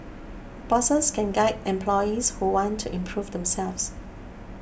bosses can guide employees who want to improve themselves